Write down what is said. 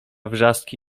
wrzaski